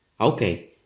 Okay